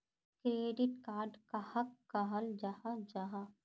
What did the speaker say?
Credit card कहाक कहाल जाहा जाहा?